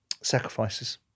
sacrifices